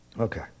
Okay